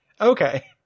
Okay